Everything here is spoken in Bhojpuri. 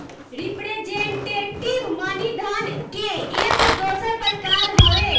रिप्रेजेंटेटिव मनी धन के एगो दोसर प्रकार हवे